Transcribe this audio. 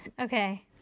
Okay